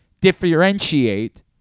differentiate